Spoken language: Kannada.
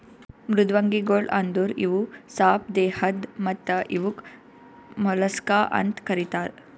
ಮೃದ್ವಂಗಿಗೊಳ್ ಅಂದುರ್ ಇವು ಸಾಪ್ ದೇಹದ್ ಮತ್ತ ಇವುಕ್ ಮೊಲಸ್ಕಾ ಅಂತ್ ಕರಿತಾರ್